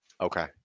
Okay